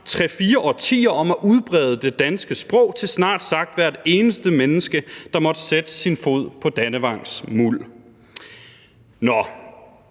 3, 4 årtier om at udbrede det danske sprog til snart sagt hvert eneste menneske, der måtte sætte sin fod på Dannevangs muld. Nå,